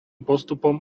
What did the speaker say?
postupom